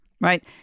right